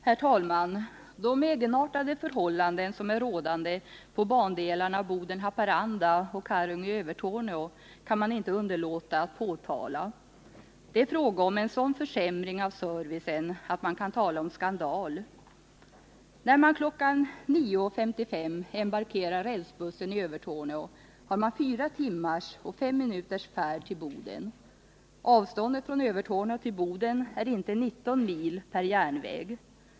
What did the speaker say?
Herr talman! De egenartade förhållanden som är rådande på bandelarna Boden-Haparanda och Karungi-Övertorneå kan man inte underlåta att påtala. Det är fråga om en sådan försämring av servicen att man kan tala om skandal. När man kl. 9.55 embarkerar rälsbussen i Övertorneå så har man fyra timmars och fem minuters färd till Boden. Avståndet från Övertorneå till Boden är inte ens 19 mil — per järnväg.